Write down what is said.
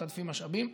מתעדפים משאבים.